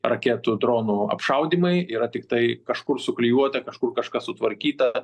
raketų dronų apšaudymai yra tiktai kažkur suklijuota kažkur kažkas sutvarkyta